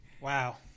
Wow